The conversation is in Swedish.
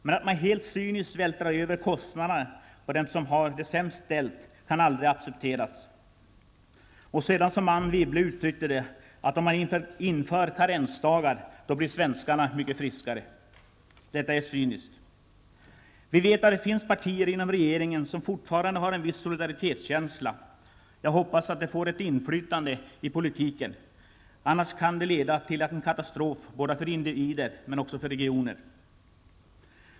Men att man helt syniskt vältrar över kostnaderna på dem som har det sämst ställt kan aldrig accepteras. Anne Wibble uttryckte det så, att om man inför karensdagar blir svenskarna ännu friskare. Detta är syniskt. Vi vet att det inom regeringen finns partier som fortfarande har en viss solidaritetskänsla. Jag hoppas att de får ett inflytande i politiken, annars kan det leda till en katastrof både för individer och för regioner.